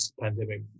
pandemic